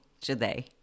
today